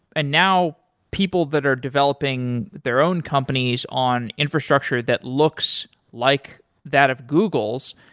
ah now, people that are developing their own companies on infrastructure that looks like that of google's,